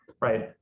right